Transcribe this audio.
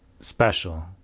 special